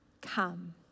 come